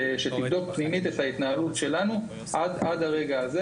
היא תבדוק פנימית את ההתנהלות שלנו עד לרגע הזה